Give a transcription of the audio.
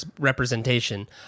representation